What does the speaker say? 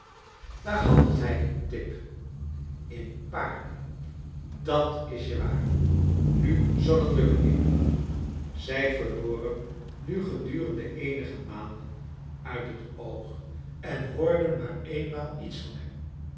waar handelt hij in tip in paarden dat is je ware i nu zal t lukken amy zij verloor hem nu gedurende eenige maanden uit het oog en hoorde maar eenmaal iets van hem